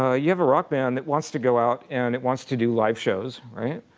ah you have a rockband that wants to go out, and it wants to do live shows, right?